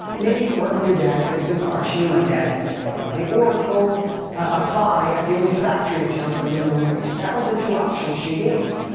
maybe you could work with your your dad fixing cars. she knew my dad didn't make a lot of money. or go apply at the only factory in town for minimum wage. that was the two options she gave me,